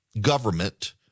government